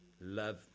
love